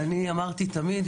אני אמרתי תמיד,